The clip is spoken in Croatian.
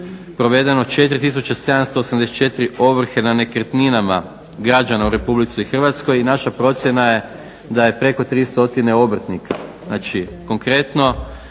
provedeno 4 tisuće 784 ovrhe na nekretninama građana u Republici Hrvatskoj. I naša procjena je da je preko 3 stotine obrtnika. Znači konkretno